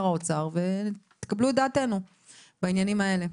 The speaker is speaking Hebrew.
האוצר ותקבלו את דעתנו בעניינים האלה.